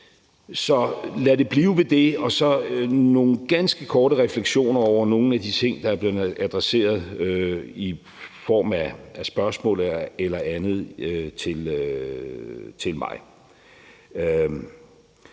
Så lad det blive ved det, og så vil jeg komme med nogle ganske korte refleksioner over nogle af de ting, der er blevet adresseret i form af spørgsmål eller andet til mig.